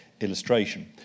illustration